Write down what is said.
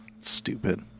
Stupid